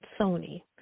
Sony